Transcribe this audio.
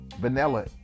vanilla